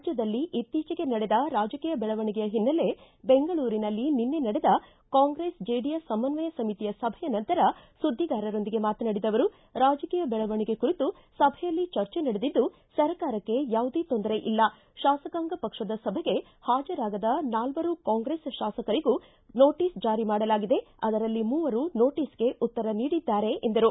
ರಾಜ್ಞದಲ್ಲಿ ಇತ್ತೀಚೆಗೆ ನಡೆದ ರಾಜಕೀಯ ಬೆಳವಣಿಗೆಯ ಹಿನ್ನೆಲೆ ಬೆಂಗಳೂರಿನಲ್ಲಿ ನಿನ್ನೆ ನಡೆದ ಕಾಂಗ್ರೆಸ್ ಜೆಡಿಎಸ್ ಸಮನ್ವಯ ಸಮಿತಿಯ ಸಭೆಯ ನಂತರ ಸುದ್ದಿಗಾರರೊಂದಿಗೆ ಮಾತನಾಡಿದ ಅವರು ರಾಜಕೀಯ ಬೆಳವಣಿಗೆ ಕುರಿತು ಸಭೆಯಲ್ಲಿ ಚರ್ಚೆ ನಡೆದಿದ್ದು ಸರ್ಕಾರಕ್ಕೆ ಯಾವುದೇ ತೊಂದರೆ ಇಲ್ಲ ಶಾಸಕಾಂಗ ಪಕ್ಷದ ಸಭೆಗೆ ಹಾಜರಾಗದ ನಾಲ್ವರು ಕಾಂಗ್ರೆಸ್ ಶಾಸಕರಿಗೂ ನೋಟಸ್ ಜಾರಿ ಮಾಡಲಾಗಿದೆ ಅದರಲ್ಲಿ ಮೂವರು ನೋಟಿಸ್ಗೆ ಉತ್ತರ ನೀಡಿದ್ದಾರೆ ಎಂದರು